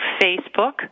Facebook